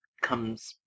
comes